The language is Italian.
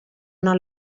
una